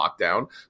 lockdown